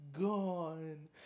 gone